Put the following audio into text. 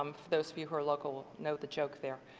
um for those of you who are local know the joke there.